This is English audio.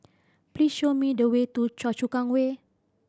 please show me the way to Choa Chu Kang Way